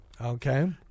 Okay